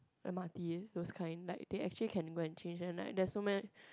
M_R_T those kind like they actually can go and change and like there's so many